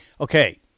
Okay